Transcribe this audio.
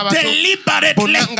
deliberately